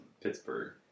Pittsburgh